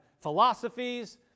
philosophies